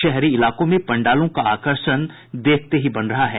शहरी इलाकों में पंडालों का आकर्षण देखते ही बन रहा है